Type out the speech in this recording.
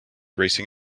racing